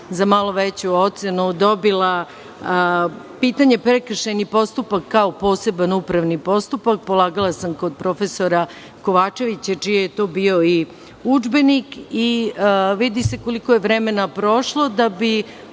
za malo veću ocenu dobila pitanje – prekršajni postupak kao poseban upravni postupak, polagala sam kod profesora Kovačevića, čiji je to bio i udžbenik i vidi se koliko je vremena prošlo da bi